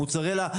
מוצרלה,